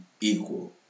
equal